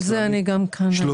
ככל